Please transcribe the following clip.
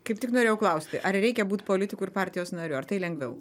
kaip tik norėjau klausti ar reikia būt politiku ir partijos nariu ar tai lengviau